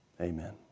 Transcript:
Amen